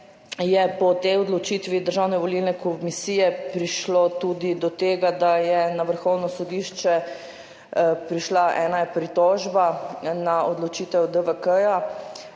je po tej odločitvi Državne volilne komisije prišlo tudi do tega, da je na Vrhovno sodišče prišla ena pritožba na odločitev DVK.